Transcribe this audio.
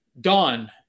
Dawn